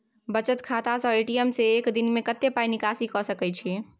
बचत खाता स ए.टी.एम से एक दिन में कत्ते पाई निकासी के सके छि?